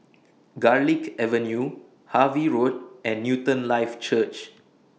Garlick Avenue Harvey Road and Newton Life Church